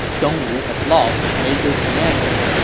dongwu has lost a major commander,